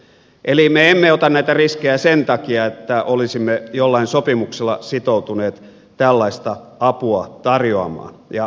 eli me emme ota näitä riskejä sen takia että olisimme jollain sopimuksella sitoutuneet tällaista apua tarjoamaan ja antamaan